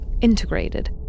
integrated